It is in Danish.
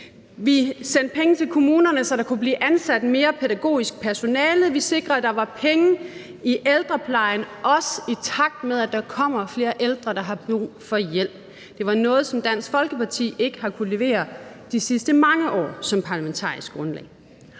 vi sendte penge til kommunerne, så der kunne blive ansat mere pædagogisk personale, og vi sikrede, at der var penge i ældreplejen, også i takt med at der kommer flere ældre, der har brug for hjælp. Det var noget, som Dansk Folkeparti ikke har kunnet levere de sidste mange år som parlamentarisk grundlag.